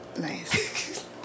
Nice